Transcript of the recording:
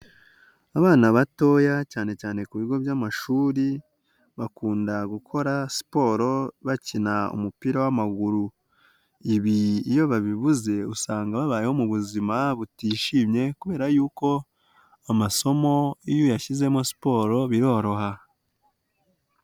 Abana batoya cyane cyane ku bigo by'amashuri, bakunda gukora siporo bakina umupira w'amaguru, ibi iyo babibuze usanga babayeho mu buzima butishimye kubera yuko amasomo iyo yashyizemo siporo biroroha.